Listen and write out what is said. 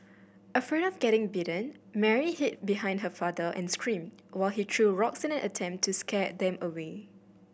afraid of getting bitten Mary hid behind her father and screamed while he threw rocks in an attempt to scare them away